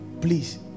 Please